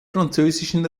französischen